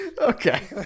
Okay